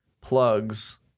plugs